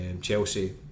Chelsea